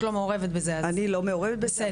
לא מעורבת בזה אז- אני לא מעורבת בזה,